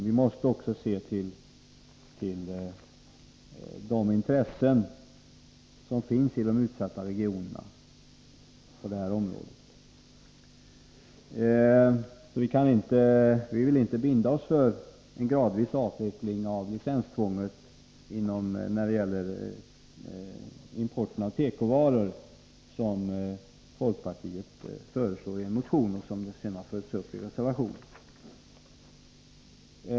Vi måste också se till de intressen som på detta område finns i de utsatta regionerna. Vi vill inte binda oss för en gradvis avveckling av licenstvånget när det gäller import av tekovaror, vilket folkpartiet har föreslagit i en motion och som sedan har följts upp i reservation 2.